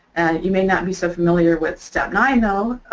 you may not be so familiar with step nine though,